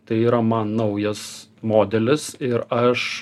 tai yra man naujas modelis ir aš